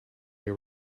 they